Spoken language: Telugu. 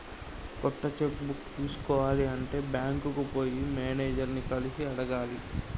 కొత్త చెక్కు బుక్ తీసుకోవాలి అంటే బ్యాంకుకు పోయి మేనేజర్ ని కలిసి అడగాలి